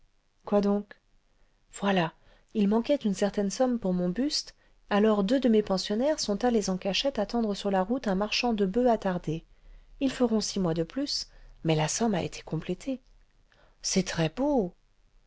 quoi donc voilà il manquait une certaine somme pour mon buste alors deux de mes pensionnaires sont allés en cachette attendre sur la route un marchand de boeufs attardé ils feront six mois de plus mais la somme a été complétée c'est très beau